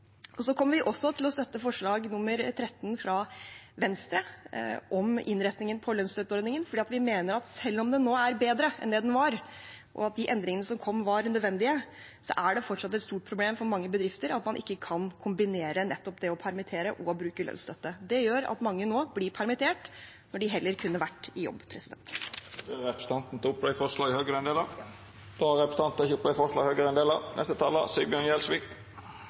Så kommer vi også til å støtte forslag nr. 13, fra Venstre, om innretningen på lønnsstøtteordningen. Vi mener at selv om den nå er bedre enn den var, og at de endringene som kom, var nødvendige, er det fortsatt et stort problem for mange bedrifter at man ikke kan kombinere det å permittere og å bruke lønnsstøtte. Det gjør at mange nå blir permittert når de heller kunne ha vært i jobb. Jeg tar opp det forslaget Høyre er en del av. Då har representanten Tina Bru teke opp det